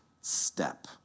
step